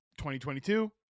2022